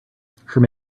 from